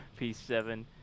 p7